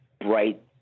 bright